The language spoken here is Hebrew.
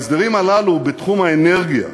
ההסדרים הללו בתחום האנרגיה,